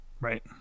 Right